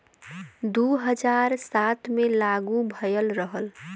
दू हज़ार सात मे लागू भएल रहल